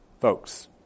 folks